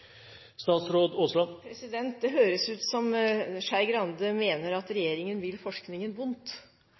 Det høres ut som om Skei Grande mener at regjeringen vil forskningen vondt.